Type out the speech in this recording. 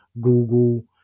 Google